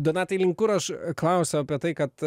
donatai link kur aš klausiu apie tai kad